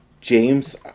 James